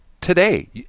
today